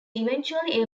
eventually